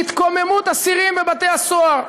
מהתקוממות אסירים בבתי-הסוהר,